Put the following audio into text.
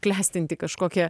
klestinti kažkokia